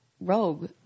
rogue